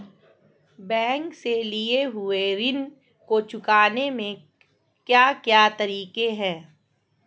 Bank से लिए हुए ऋण को चुकाने के क्या क्या तरीके हैं?